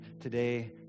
today